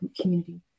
community